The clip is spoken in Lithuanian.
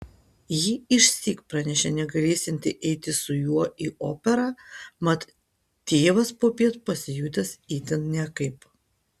ji išsyk pranešė negalėsianti eiti su juo į operą mat tėvas popiet pasijutęs itin nekaip